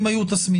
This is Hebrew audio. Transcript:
אם היו תסמינים.